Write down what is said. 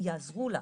יעזרו לה,